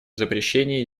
запрещении